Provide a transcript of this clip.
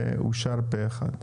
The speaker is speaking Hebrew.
אושר פה אחד.